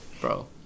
Bro